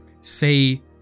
say